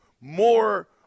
more